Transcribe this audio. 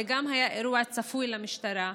היה אירוע צפוי למשטרה.